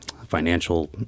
financial